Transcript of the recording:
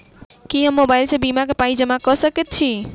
की हम मोबाइल सअ बीमा केँ पाई जमा कऽ सकैत छी?